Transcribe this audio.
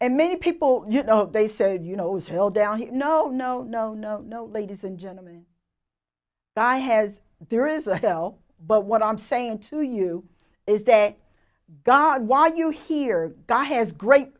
and many people you know they said you know is held down no no no no no ladies and gentlemen guy has there is a hell but what i'm saying to you is that god why are you here guy has great